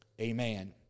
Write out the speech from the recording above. amen